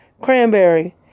Cranberry